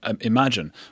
imagine